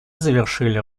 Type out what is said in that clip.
завершили